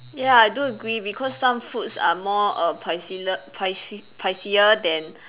ya I do agree because some foods are more err pricile~ pricey pricier than